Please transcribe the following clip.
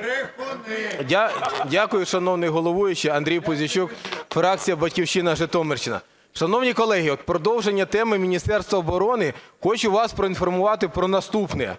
13:51:30 ПУЗІЙЧУК А.В. Дякую, шановний головуючий. Андрій Пузійчук, фракція "Батьківщина", Житомирщина. Шановні колеги, от продовження теми Міністерства оборони, хочу вас проінформувати про наступне.